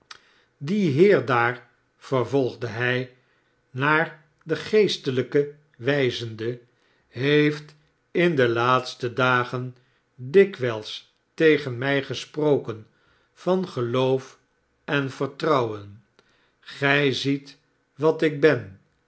idie heer daar vervolgde hij naar den geestelijke wijzende heeft in de iaatste dagen dikwijls tegen mij gesproken van geloof en vertrouwen gij ziet wat ik ben